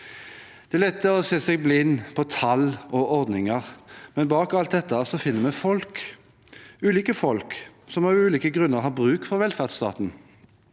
Det er lett å se seg blind på tall og ordninger, men bak alt dette finner vi folk – folk som av ulike grunner har bruk for velferdsstaten.